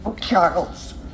Charles